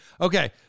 Okay